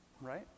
right